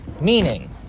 Meaning